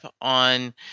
on